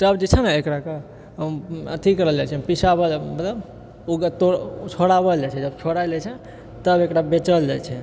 तब जे छै ने एकराकेअथि करल जाइ छै पिसाओल मतलब उगऽ तऽ छोड़ाओल जाइ जब छोड़ै लए छै तब एकरा बेचल जाइ छै